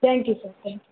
thank you sir thank you